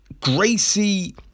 Gracie